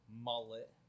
mullet